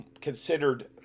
considered